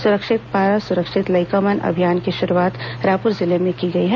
सुरक्षित पारा सुरक्षित लईकामन अभियान की शुरूआत रायपुर जिले में की गई है